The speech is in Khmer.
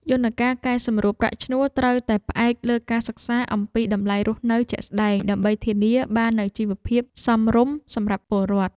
យន្តការកែសម្រួលប្រាក់ឈ្នួលត្រូវតែផ្អែកលើការសិក្សាអំពីតម្លៃរស់នៅជាក់ស្តែង ដើម្បីធានាបាននូវជីវភាពសមរម្យសម្រាប់ពលរដ្ឋ។